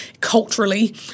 culturally